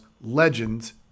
legends